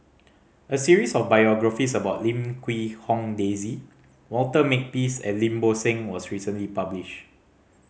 a series of biographies about Lim Quee Hong Daisy Walter Makepeace and Lim Bo Seng was recently publish